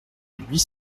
huit